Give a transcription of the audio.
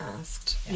asked